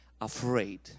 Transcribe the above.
afraid